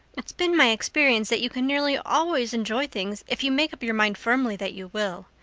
it's been my experience that you can nearly always enjoy things if you make up your mind firmly that you will.